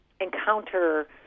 encounter